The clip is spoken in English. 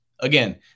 Again